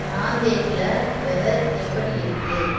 நாந்தேட்டில் weather எப்படி இருக்குது